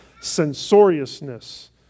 censoriousness